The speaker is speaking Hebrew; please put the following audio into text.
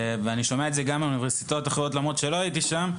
ואני שומע את זה גם באוניברסיטאות אחרות למרות שלא הייתי שם,